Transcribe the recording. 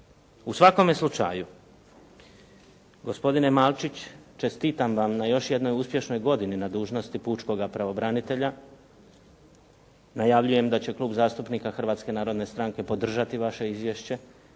U svakome slučaju, gospodine Malčić, čestitam vam na još jednoj uspješnoj godini na dužnosti pučkoga pravobranitelja, najavljujem da će Klub zastupnika Hrvatske narodne stranke podržati vaše izvješće